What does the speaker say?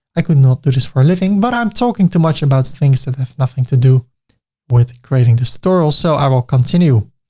i could not do this for a living. but i'm talking too much about things that have nothing to do with creating this tutorial. so i will continue